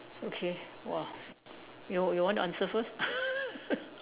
okay !wah! you you want to answer first